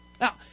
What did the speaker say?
Now